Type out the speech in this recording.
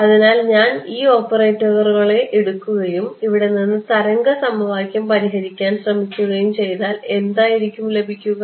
അതിനാൽ ഞാൻ ഈ ഓപ്പറേറുകളെ എടുക്കുകയും ഇവിടെ നിന്ന് തരംഗ സമവാക്യം പരിഹരിക്കാൻ ശ്രമിക്കുകയും ചെയ്താൽ എന്തായിരിക്കും ലഭിക്കുക